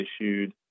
issued